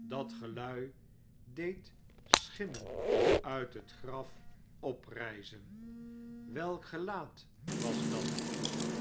dat gelui deed schimmenuit het graf oprijzen welk gelaat was dat